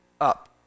up